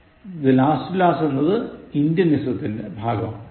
Last to last എന്നത് ഇന്ത്യനിസത്തിന്റെ ഭാഗമാണ്